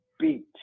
beat